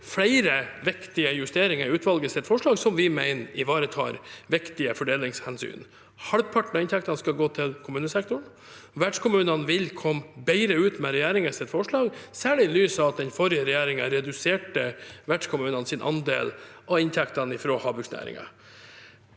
flere viktige justeringer i utvalgets forslag som vi mener ivaretar viktige fordelingshensyn. Halvparten av inntektene skal gå til kommunesektoren, og vertskommunene vil komme bedre ut med regjeringens forslag, særlig i lys av at den forrige regjeringen reduserte vertskommunenes andel av inntektene fra havbruksnæringen.